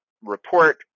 report